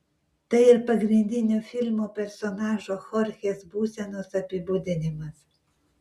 tai ir pagrindinio filmo personažo chorchės būsenos apibūdinimas